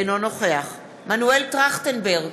אינו נוכח מנואל טרכטנברג,